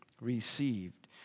received